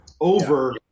over